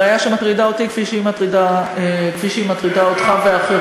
זו בעיה שמטרידה אותי כפי שהיא מטרידה אותך ואחרים.